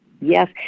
yes